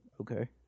okay